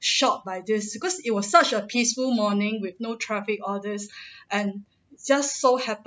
shocked by this because it was such a peaceful morning with no traffic all this and just so happen